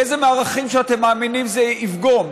באיזה מהערכים שאתם מאמינים בהם זה יפגום?